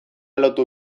lotu